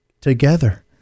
together